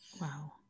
wow